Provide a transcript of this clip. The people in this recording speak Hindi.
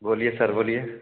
बोलिए सर बोलिए